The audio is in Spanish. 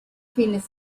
fines